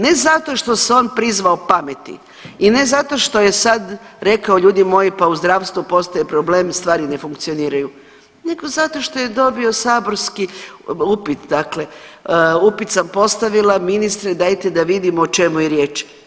Ne zato što se on prizvao pameti i ne zato što je sad rekao, ljudi moji, pa u zdravstvu postoji problem, stvari ne funkcioniraju, nego zato što je dobio saborski upit, dakle, upit sam postavila, ministre, dajte da vidimo o čemu je riječ.